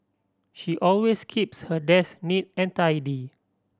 she always keeps her desk neat and tidy